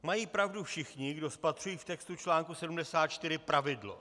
Mají pravdu všichni, kdo spatřují v textu článku 74 pravidlo.